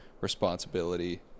responsibility